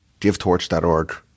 givetorch.org